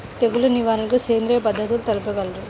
తెగులు నివారణకు సేంద్రియ పద్ధతులు తెలుపగలరు?